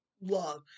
love